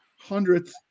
hundredth